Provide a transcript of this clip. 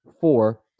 four